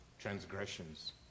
transgressions